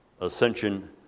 ascension